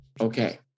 Okay